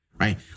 Right